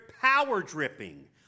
power-dripping